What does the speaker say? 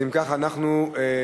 אז אם כך, אנחנו נעבור,